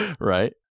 Right